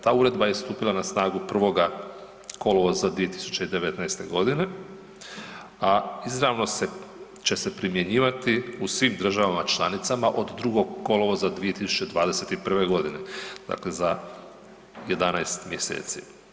Ta Uredba je stupila na snagu 1. kolovoza 2019. godine, a izravno će se primjenjivati u svim državama članicama od 2. kolovoza 2021. godine, dakle za 11 mjeseci.